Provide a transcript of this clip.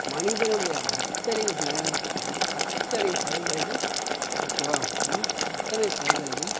மனிதனுடைய அத்தனை நயம் அத்தனை செயல்களையும் ஓகேவா அத்தனை செயல்களையும்